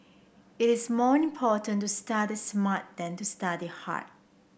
it is more important to study smart than to study hard